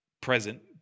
present